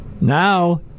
Now